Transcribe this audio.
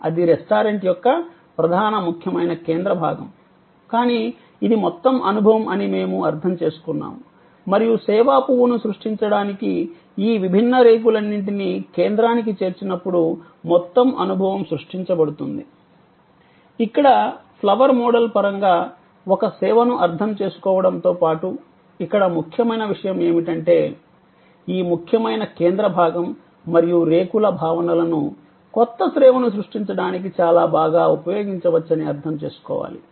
అది రెస్టారెంట్ యొక్క ప్రధాన ముఖ్యమైన కేంద్ర భాగం కానీ ఇది మొత్తం అనుభవం అని మేము అర్థం చేసుకున్నాము మరియు సేవా పువ్వును సృష్టించడానికి ఈ విభిన్న రేకులన్నింటినీ కేంద్రానికి చేర్చినప్పుడు మొత్తం అనుభవం సృష్టించబడుతుంది ఇక్కడ ఫ్లవర్ మోడల్ పరంగా ఒక సేవను అర్థం చేసుకోవడంతో పాటు ఇక్కడ ముఖ్యమైన విషయం ఏమిటంటే ఈ ముఖ్యమైన కేంద్ర భాగం మరియు రేకుల భావనలను కొత్త సేవను సృష్టించడానికి చాలా బాగా ఉపయోగించవచ్చని అర్థం చేసుకోవాలి